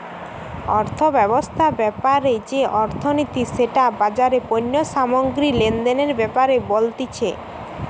অর্থব্যবস্থা ব্যাপারে যে অর্থনীতি সেটা বাজারে পণ্য সামগ্রী লেনদেনের ব্যাপারে বলতিছে